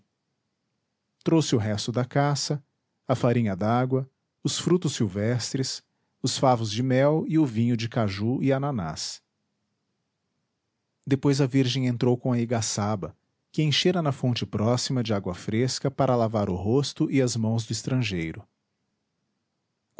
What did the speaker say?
trouxe o resto da caça a farinha dágua os frutos silvestres os favos de mel e o vinho de caju e ananás depois a virgem entrou com a igaçaba que enchera na fonte próxima de água fresca para lavar o rosto e as mãos do estrangeiro